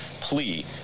plea